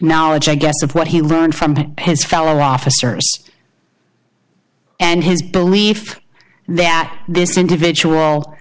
knowledge i guess of what he learned from his fellow officers and his belief that this individual